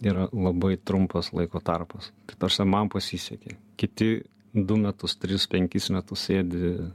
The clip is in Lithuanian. yra labai trumpas laiko tarpas ta prasme man pasisekė kiti du metus tris penkis metus sėdi